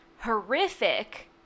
horrific